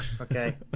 Okay